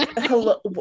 hello